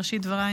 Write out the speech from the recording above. בראשית דבריי,